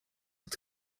het